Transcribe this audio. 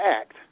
act